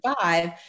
five